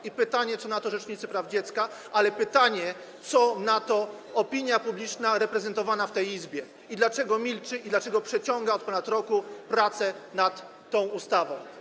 I pytanie, co na to rzecznicy praw dziecka, ale też pytanie, co na to opinia publiczna reprezentowana w tej Izbie i dlaczego milczy, i dlaczego przeciąga od ponad roku prace nad tą ustawą.